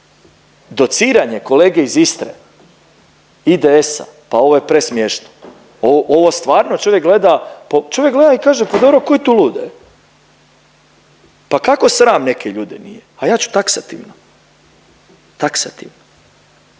Dociranje kolege iz Istre IDS-a pa ovo je presmješno. Ovo stvarno čovjek gleda po… čovjek gleda i kaže pa dobro tko je tu lud e, pa kako sram neke ljude nije, a ja ću taksativno, taksativno.